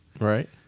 Right